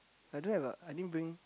I don't have a I didn't bring